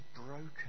broken